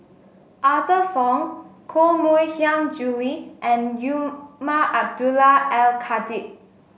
Arthur Fong Koh Mui Hiang Julie and Umar Abdullah Al Khatib